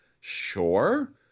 sure